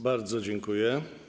Bardzo dziękuję.